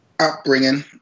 upbringing